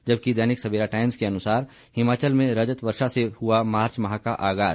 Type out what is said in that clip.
जबकि दैनिक सवेरा टाइम्स के अनुसार है हिमाचल में रजत वर्षा से हुआ मार्च माह का आगाज